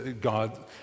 God